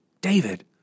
David